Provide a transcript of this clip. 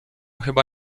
chyba